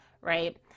right